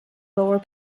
lower